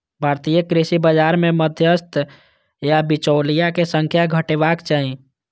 भारतीय कृषि बाजार मे मध्यस्थ या बिचौलिया के संख्या घटेबाक चाही